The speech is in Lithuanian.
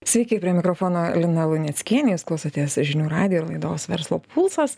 sveiki prie mikrofono lina vainickienė jūs klaustotės žinių radijo laidos verslo pulsas